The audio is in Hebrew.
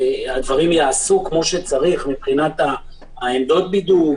והדברים ייעשו כמו שצריך מבחינת עמדות הבידוק,